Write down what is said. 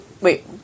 Wait